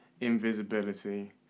invisibility